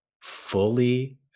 fully